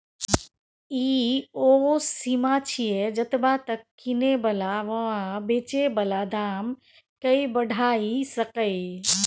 ई ओ सीमा छिये जतबा तक किने बला वा बेचे बला दाम केय बढ़ाई सकेए